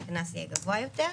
אז הקנס יהיה גבוה יותר.